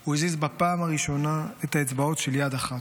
הוא הזיז בפעם הראשונה את האצבעות של יד אחת.